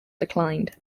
declined